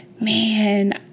man